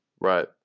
Right